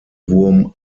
wurm